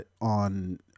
on